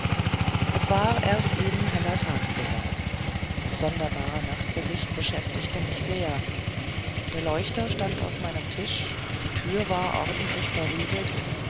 es war erst eben heller tag geworden das sonderbare nachtgesicht beschäftigte mich sehr der leuchter stand auf meinem tisch die tür war ordentlich verriegelt